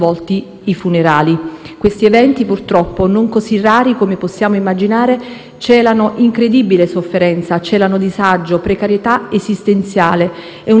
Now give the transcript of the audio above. celano incredibile sofferenza, disagio, precarietà esistenziale. È una storia dalle mille sfumature, questa, che racchiude certamente l'orrore che può nascondersi